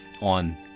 on